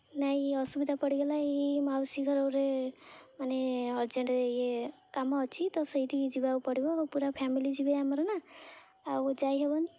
ନାଇଁ ଅସୁବିଧା ପଡ଼ିଗଲା ଏଇ ମାଉସୀ ଘରରେ ମାନେ ଅର୍ଜେଣ୍ଟ୍ ଇଏ କାମ ଅଛି ତ ସେଇଠିକୁ ଯିବାକୁ ପଡ଼ିବ ପୁରା ଫ୍ୟାମିଲି ଯିବେ ଆମର ନା ଆଉ ଯାଇହେବନି